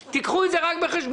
תיקחו את זה רק בחשבון.